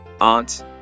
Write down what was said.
aunt